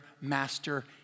master